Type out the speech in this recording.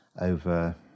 over